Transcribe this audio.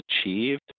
achieved